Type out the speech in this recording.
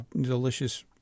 delicious